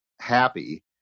happy